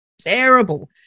terrible